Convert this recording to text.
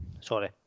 Sorry